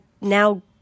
now